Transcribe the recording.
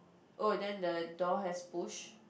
oh then the door has push